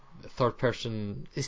third-person